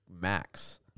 Max